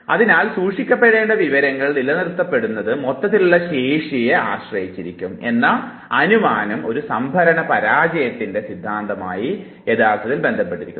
അതിനാൽ സൂക്ഷിക്കപ്പെടേണ്ട വിവരങ്ങൾ നിലനിർത്തപ്പെടുന്നത് മൊത്തത്തിലുള്ള ശേഷിയെ ആശ്രയിച്ചിരിക്കും എന്ന അനുമാനം ഒരു സംഭരണ പരാജയത്തിൻറെ സിദ്ധാന്തവുമായി യഥാർത്ഥത്തിൽ ബന്ധപ്പെട്ടിരിക്കുന്നു